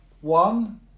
one